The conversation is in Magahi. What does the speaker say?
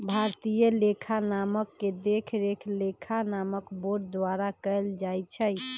भारतीय लेखा मानक के देखरेख लेखा मानक बोर्ड द्वारा कएल जाइ छइ